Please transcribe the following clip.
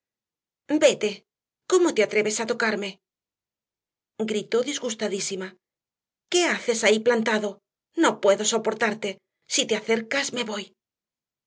vete cómo te atreves a tocarme gritó disgustadísima qué haces ahí plantado no puedo soportarte si te acercas me voy